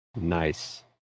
Nice